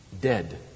dead